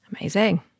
Amazing